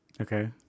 Okay